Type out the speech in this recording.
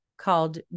called